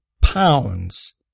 pounds